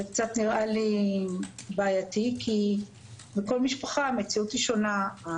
זה קצת נראה לי בעייתי כי בכל משפחה המציאות היא שונה.